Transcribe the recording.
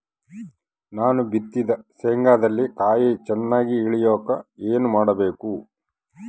ನಾನು ಬಿತ್ತಿದ ಶೇಂಗಾದಲ್ಲಿ ಕಾಯಿ ಚನ್ನಾಗಿ ಇಳಿಯಕ ಏನು ಮಾಡಬೇಕು?